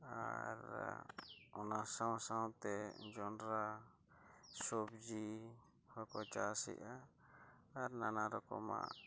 ᱟᱨ ᱚᱱᱟ ᱥᱟᱶ ᱥᱟᱶᱛᱮ ᱡᱚᱸᱰᱨᱟ ᱥᱚᱵᱽᱡᱤ ᱦᱚᱲ ᱠᱚ ᱪᱟᱥ ᱮᱫᱟ ᱟᱨ ᱱᱟᱱᱟ ᱨᱚᱠᱚᱢᱟᱜ